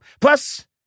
Plus